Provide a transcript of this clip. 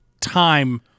time